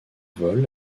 vols